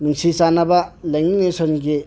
ꯅꯨꯡꯁꯤ ꯆꯥꯟꯅꯕ ꯂꯥꯏꯅꯤꯡ ꯂꯥꯏꯁꯣꯟꯒꯤ